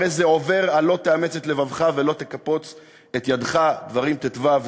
הרי זה עובר על 'לא תאמץ את לבבך ולא תקפץ את ידך'‏ (דברים ט"ו,